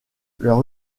leur